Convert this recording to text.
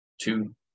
two